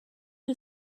who